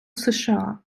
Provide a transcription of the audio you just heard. сша